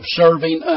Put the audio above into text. serving